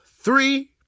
three